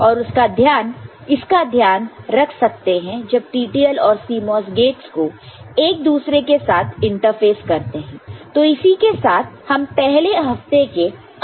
और इसका ध्यान रख सकते हैं जब TTL और CMOS गेटस को जब एक दूसरे के साथ इंटरफ़ेस करते हैं तो इसी के साथ हम पहले हफ्ते के अंत पर आ गए हैं